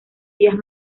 días